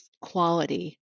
quality